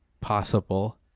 possible